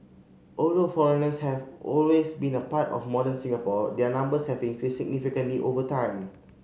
although foreigners have always been a part of modern Singapore their numbers have increased significantly over time